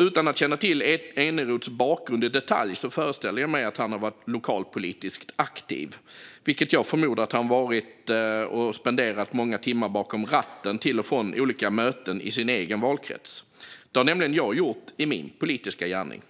Utan att känna till Eneroths bakgrund i detalj föreställer jag mig att han har varit lokalpolitiskt aktiv och då förmodligen har spenderat många timmar bakom ratten på väg till och från olika möten i sin egen valkrets. Det har nämligen jag gjort i min politiska gärning.